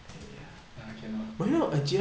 I cannot